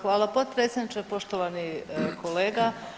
Hvala potpredsjedniče, poštovani kolega.